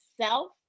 self